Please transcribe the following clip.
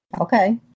Okay